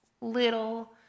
little